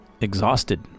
Exhausted